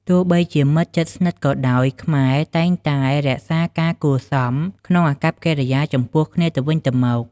ទោះបីជាមិត្តជិតស្និទ្ធក៏ដោយ ខ្មែរតែងរក្សាការគួរសមក្នុងអាកប្បកិរិយាចំពោះគ្នាទៅវិញទៅមក។